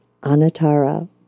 Anatara